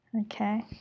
Okay